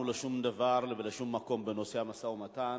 לשום דבר ולשום מקום בנושא המשא-ומתן.